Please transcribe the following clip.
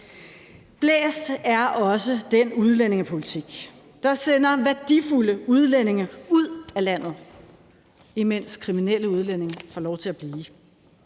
Blæst er også den udlændingepolitik, der sender værdifulde udlændinge ud af landet, imens kriminelle udlændinge får lov til at blive